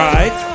Right